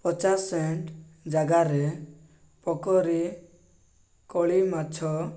ପଚାଶ ସେଣ୍ଟ ଜାଗାରେ ପୋଖରୀ ଖୋଳି ମାଛ